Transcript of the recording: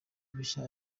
bushya